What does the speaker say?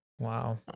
Wow